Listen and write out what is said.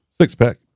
Six-pack